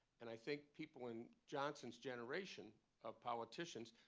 and i think people in johnson's generation ah politicians